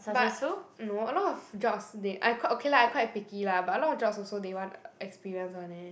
but no a lot of jobs they I quite okay lah I quite picky lah but a lot of jobs also they want experience [one] eh